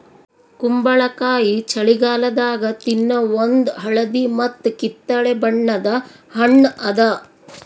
ಕುಂಬಳಕಾಯಿ ಛಳಿಗಾಲದಾಗ ತಿನ್ನೋ ಒಂದ್ ಹಳದಿ ಮತ್ತ್ ಕಿತ್ತಳೆ ಬಣ್ಣದ ಹಣ್ಣ್ ಅದಾ